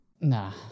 Nah